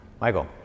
Michael